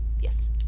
yes